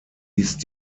ist